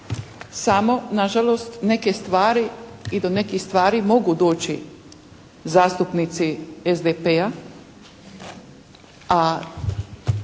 samo nažalost neke stvari i do nekih stvari mogu doći zastupnici SDP-a a